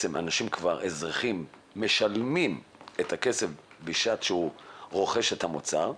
אזרחים משלמים את הכסף בשעה שהם רוכשים את המוצר,